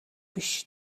биш